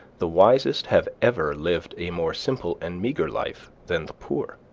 the wisest have ever lived a more simple and meagre life than the poor.